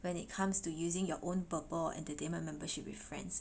when it comes to using your own Burple entertainment membership with friends